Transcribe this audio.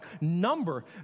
number